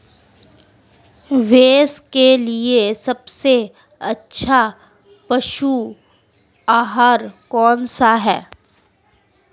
भैंस के लिए सबसे अच्छा पशु आहार कौनसा है?